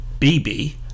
BB